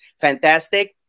fantastic